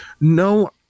no